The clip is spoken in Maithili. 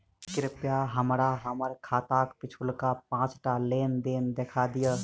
कृपया हमरा हम्मर खाताक पिछुलका पाँचटा लेन देन देखा दियऽ